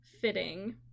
fitting